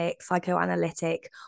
psychoanalytic